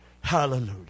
Hallelujah